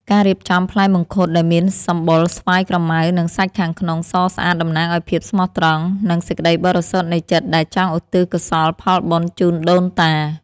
ការរៀបចំផ្លែមង្ឃុតដែលមានសម្បុរស្វាយក្រម៉ៅនិងសាច់ខាងក្នុងសស្អាតតំណាងឱ្យភាពស្មោះត្រង់ និង សេចក្តីបរិសុទ្ធនៃចិត្តដែលចង់ឧទ្ទិសកុសលផលបុណ្យជូនដូនតា។